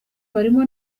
barimo